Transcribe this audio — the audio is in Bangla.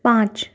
পাঁচ